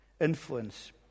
influence